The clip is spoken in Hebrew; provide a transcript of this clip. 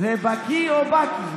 זה בקיא או בקי?